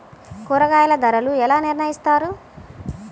కూరగాయల ధరలు ఎలా నిర్ణయిస్తారు?